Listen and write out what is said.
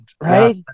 right